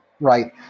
right